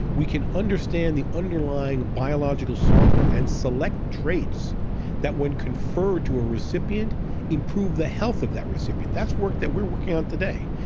we can understand the underlying biological software and select traits that when conferred to a recipient improve the health of that recipient. that's work that we're working on today.